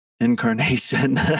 incarnation